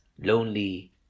lonely